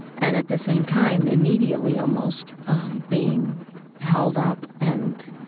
and at the same time, immediately almost, um being held up and,